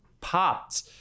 popped